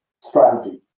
strategy